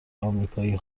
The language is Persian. آمریکایی